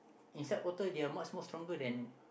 inside water they are much more stronger than